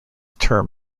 term